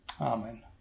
Amen